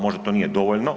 Možda to nije dovoljno?